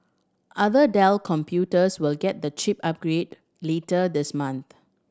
other Dell computers will get the chip upgrade later this month